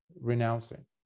Renouncing